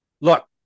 look